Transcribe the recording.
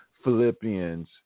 philippians